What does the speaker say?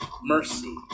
mercy